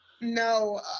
no